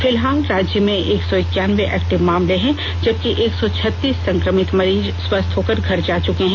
फिलहाल राज्य में एक सौ इक्यानबे एक्टिव मामले हैं जबकि एक सौ छत्तीस संक्रमित मरीज स्वस्थ होकर घर जा च्रके हैं